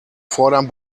fordern